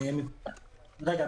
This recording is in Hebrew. כדי לסכם,